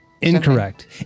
Incorrect